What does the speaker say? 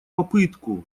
попытку